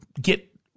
get